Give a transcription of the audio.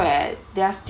they are still